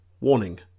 Warning